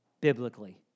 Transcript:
biblically